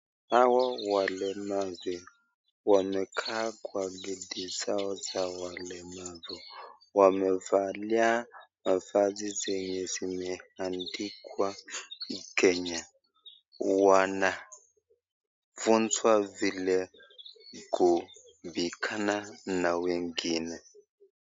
Hawa walemavu wamekaa kwa viti zao za walemavu, wamevalia mavazi zenye zimeandikwa hii Kenya wanafunzwa vile kupigana na wengine.